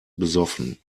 besoffen